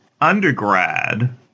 undergrad